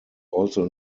also